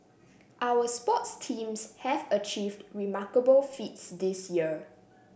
our sports teams have achieved remarkable feats this year